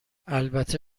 البته